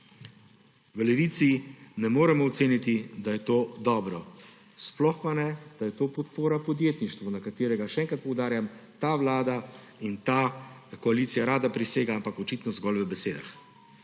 V Levici ne moremo oceniti, da je to dobro; sploh pa ne, da je to podpora podjetništvu, na katerega, še enkrat poudarjam, ta vlada in ta koalicija rada prisega, ampak očitno zgolj v besedah.